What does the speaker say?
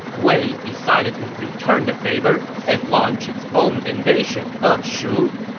wei decided to return the favor and launch its own invasion of shu.